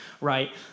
right